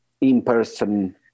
in-person